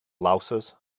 louses